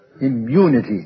immunity